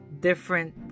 different